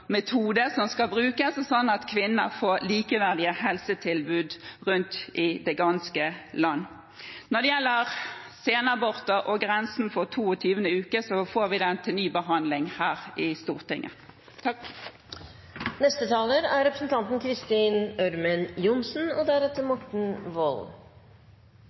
skal brukes, sånn at kvinnene får likeverdige helsetilbud rundt om i det ganske land. Når det gjelder senaborter og grensen på 22. uke, får vi dette til ny behandling i Stortinget. Representanten Bollestad tar opp et veldig vanskelig og sårt tema. Det er sårt fordi det er en uhyre vanskelig og